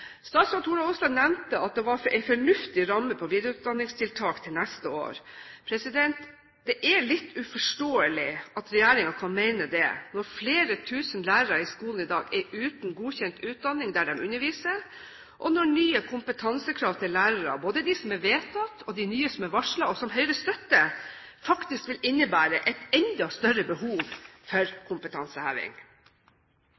Statsråd Tora Aasland nevnte at det var en fornuftig ramme på videreutdanningstiltak til neste år. Det er litt uforståelig at regjeringen kan mene det når flere tusen lærere i skolen i dag er uten godkjent utdanning der de underviser, og når nye kompetansekrav til lærerne – både de som er vedtatt, og de nye som er varslet, og som Høyre støtter – faktisk vil innebære et enda større behov for